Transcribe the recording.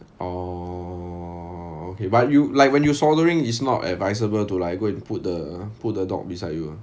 orh okay but you like when you soldering is not advisable to like go and put the put the dog beside you